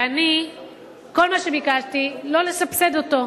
כל מה שביקשתי, לא לסבסד אותו.